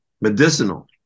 medicinal